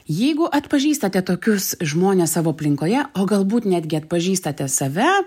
jeigu atpažįstate tokius žmones savo aplinkoje o galbūt netgi atpažįstate save